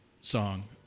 song